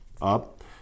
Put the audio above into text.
up